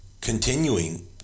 continuing